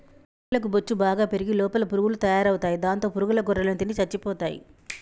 గొర్రెలకు బొచ్చు బాగా పెరిగి లోపల పురుగులు తయారవుతాయి దాంతో పురుగుల గొర్రెలను తిని చచ్చిపోతాయి